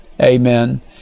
amen